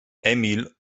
emil